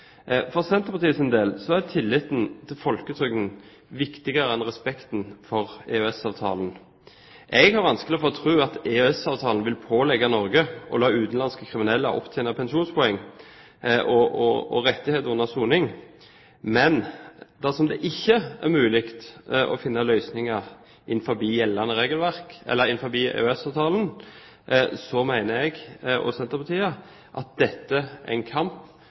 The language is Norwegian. For Senterpartiets del er tilliten til folketrygden viktigere enn respekten for EØS-avtalen. Jeg har vanskelig for å tro at EØS-avtalen vil pålegge Norge å la utenlandske kriminelle opptjene pensjonspoeng og rettigheter under soning, men dersom det ikke er mulig å finne løsninger innenfor EØS-avtalen, mener jeg, og Senterpartiet, at dette er en kamp som er egnet til å ta opp i Brussel. Dette er en